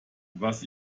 was